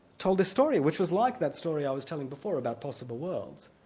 told a story which was like that story i was telling before about possible worlds.